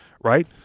right